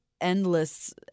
endless